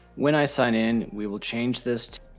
when i sign in, we will change this,